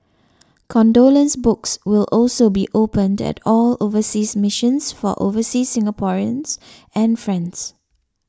condolence books will also be opened at all overseas missions for overseas Singaporeans and friends